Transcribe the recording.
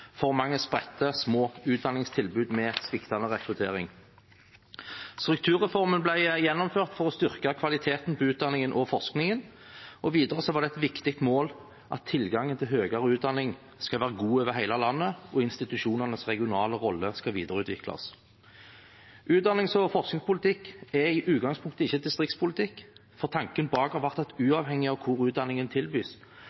for mange spredte, små utdanningstilbud med sviktende rekruttering. Strukturreformen ble gjennomført for å styrke kvaliteten på utdanningen og forskningen, og videre var det et viktig mål at tilgangen til høyere utdanning skal være god over hele landet, og at institusjonenes regionale rolle skal videreutvikles. Utdannings- og forskningspolitikk er i utgangspunktet ikke distriktspolitikk, for tanken bak har vært at